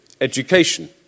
education